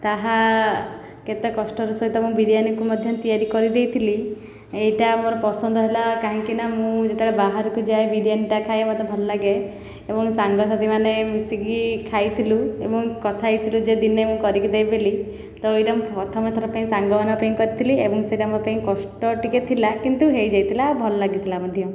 ତାହା କେତେ କଷ୍ଟର ସହିତ ମୁଁ ବିରିୟାନିକୁ ମଧ୍ୟ ତିଆରି କରିଦେଇଥିଲି ଏହିଟା ମୋର ପସନ୍ଦ ହେଲା କାହିଁକିନା ମୁଁ ଯେତେବେଳେ ବାହାରକୁ ଯାଏ ବିରିୟାନିଟା ଖାଏ ମୋତେ ଭଲ ଲାଗେ ଏବଂ ସାଙ୍ଗ ସାଥୀମାନେ ମିଶିକି ଖାଇଥିଲୁ ଏବଂ କଥା ହୋଇଥିଲୁ ଯେ ଦିନେ ମୁଁ କରିକି ଦେବି ବୋଲି ତ ଏହିଟା ମୁଁ ପ୍ରଥମଥର ପାଇଁ ସାଙ୍ଗମାନଙ୍କ ପାଇଁ କରିଥିଲି ଏବଂ ସେହିଟା ମୋ ପାଇଁ କଷ୍ଟ ଟିକେ ଥିଲା କିନ୍ତୁ ହୋଇ ଯାଇଥିଲା ଭଲ ଲାଗିଥିଲା ମଧ୍ୟ